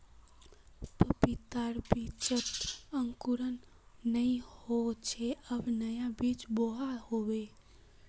पपीतार बीजत अंकुरण नइ होल छे अब नया बीज बोवा होबे